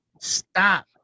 Stop